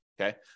okay